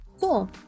Cool